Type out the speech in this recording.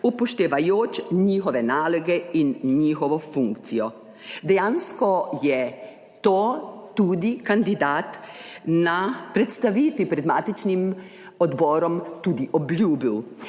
upoštevajoč njihove naloge in njihovo funkcijo. Dejansko je to tudi kandidat na predstavitvi pred matičnim odborom **9.